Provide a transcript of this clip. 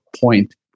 Point